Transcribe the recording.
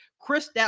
Chris